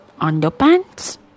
underpants